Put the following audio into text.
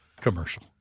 commercial